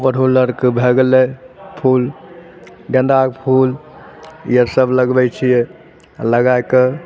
ओरहुलआरके भए गेलै फूल गेन्दाक फूल इहए सब लगबै छियै आ लगाके